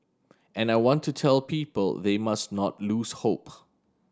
and I want to tell people they must not lose hope